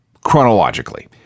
chronologically